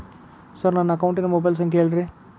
sir ನನ್ನ ಅಕೌಂಟಿನ mobile ಸಂಖ್ಯೆ ಹೇಳಿರಿ